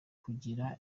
kugira